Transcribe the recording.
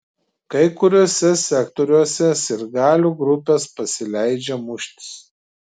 kai kuriuose sektoriuose sirgalių grupės pasileidžia muštis